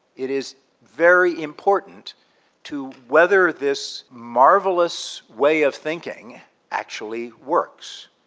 it is very important to whether this marvellous way of thinking actually works.